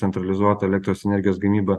centralizuotą elektros energijos gamybą